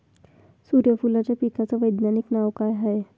सुर्यफूलाच्या पिकाचं वैज्ञानिक नाव काय हाये?